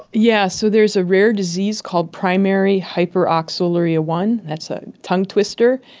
yes, so there's a rare disease called primary hyperoxaluria one, that's a tongue-twister,